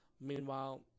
Meanwhile